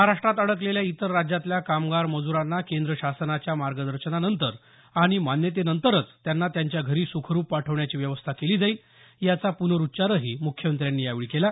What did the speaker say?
महाराष्ट्रात अडकलेल्या इतर राज्यातल्या कामगार मजूरांना केंद्र शासनाच्या मार्गदर्शनानंतर आणि मान्यतेनंतर त्यांना त्यांच्या घरी सुखरुप पाठवण्याची व्यवस्था केली जाईल याचा पुनरुच्चारही मुख्यमंत्र्यांनी यावेळी केला